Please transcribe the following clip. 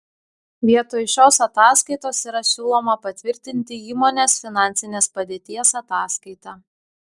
vietoj šios ataskaitos yra siūloma patvirtinti įmonės finansinės padėties ataskaitą